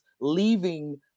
leaving